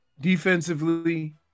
Defensively